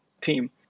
team